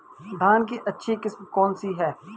धान की अच्छी किस्म कौन सी है?